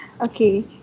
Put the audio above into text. Okay